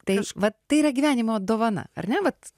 tai vat tai yra gyvenimo dovana ar ne vat